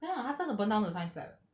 ya 他真的 burn down the science lab